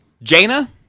Jaina